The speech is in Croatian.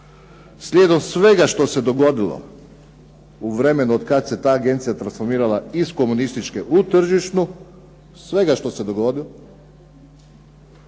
Slijedom svega što se dogodilo u vremenu od kada se ta agencija transformira iz komunističke u tržišnu, svega što se dogodilo,